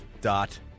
dot